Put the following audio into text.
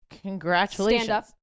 congratulations